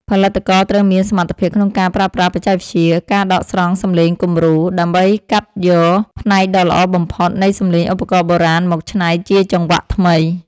ផលិតករត្រូវមានសមត្ថភាពក្នុងការប្រើប្រាស់បច្ចេកវិទ្យា ការដកស្រង់សំឡេងគំរូ ដើម្បីកាត់យកផ្នែកដ៏ល្អបំផុតនៃសំឡេងឧបករណ៍បុរាណមកច្នៃជាចង្វាក់ថ្មី។